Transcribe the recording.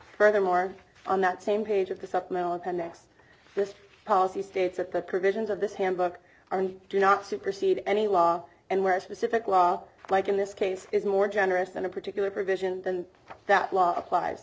furthermore on that same page of the supplemental appendix this policy states that the provisions of this handbook are do not supersede any law and where a specific law like in this case is more generous than a particular provision then that law applies